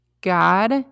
God